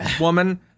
woman